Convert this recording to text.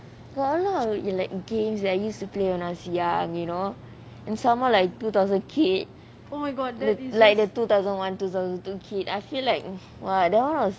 got a lot of like games that I used to play when I was young you know and somemore like two thousand kid like the two thousand one two thousand two kid I feel like !wah! that [one] was